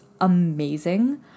amazing